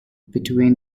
between